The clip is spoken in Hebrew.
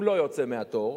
והוא לא יוצא מהתור.